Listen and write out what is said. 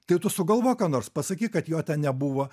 tai tu sugalvok ką nors pasakyk kad jo ten nebuvo